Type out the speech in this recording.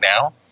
now